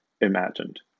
imagined